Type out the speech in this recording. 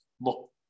look